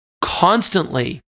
constantly